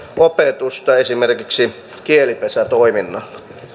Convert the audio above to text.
opetusta esimerkiksi kielipesätoiminnalla